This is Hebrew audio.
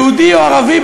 יהודי או ערבי,